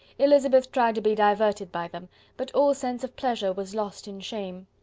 elizabeth tried to be diverted by them but all sense of pleasure was lost in shame.